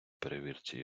перевірці